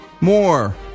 more